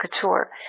Couture